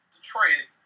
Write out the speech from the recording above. Detroit